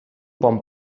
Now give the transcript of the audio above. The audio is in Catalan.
bon